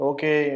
Okay